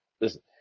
Listen